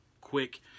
quick